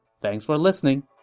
thanks for listening